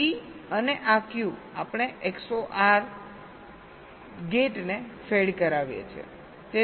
D અને આ Q આપણે XOR ગેટને ફેડ કરાવીએ છીએ